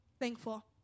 thankful